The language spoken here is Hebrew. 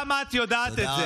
השמאל, גם את יודעת את זה.